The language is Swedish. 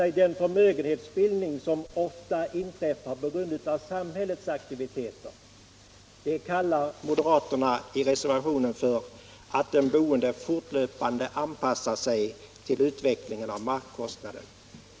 Den förmögenhetsbildning som ofta inträffar på grund av samhällets aktiviteter kallar moderaterna i reservationen för att ”den boende fortlöpande anpassar sig till utvecklingen av markkostnaden”.